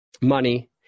money